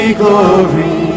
glory